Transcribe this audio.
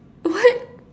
what